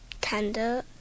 tender